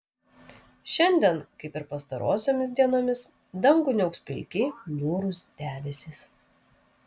šiandien kaip ir pastarosiomis dienomis dangų niauks pilki niūrūs debesys